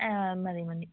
ആ മതി മതി